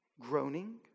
Groaning